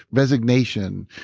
resignation,